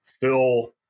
Phil